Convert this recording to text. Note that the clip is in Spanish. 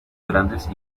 grandes